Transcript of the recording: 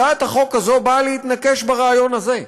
הצעת החוק הזאת באה להתנקש ברעיון הזה.